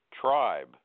tribe